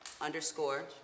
underscore